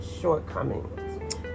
shortcomings